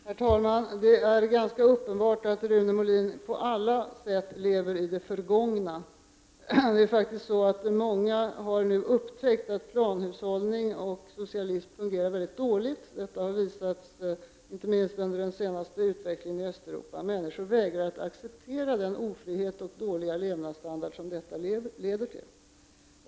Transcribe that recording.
Herr talman! Det är ganska uppenbart att Rune Molin på alla sätt lever i det förgångna. Många har nu upptäckt att planhushållning och socialism fungerar mycket dåligt. Detta har visats inte minst under den senaste utvecklingen i Östeuropa. Människorna vägrar att acceptera den ofrihet och den dåliga levnadsstandard som detta leder till.